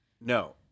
No